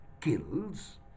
kills